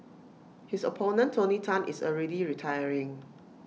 his opponent tony Tan is already retiring